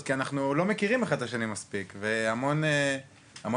אנחנו לא מכירים אחד את השני מספיק והמון פעמים